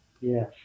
yes